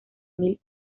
mil